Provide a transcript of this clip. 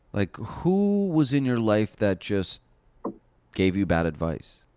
like, who was in your life that just gave you bad advice?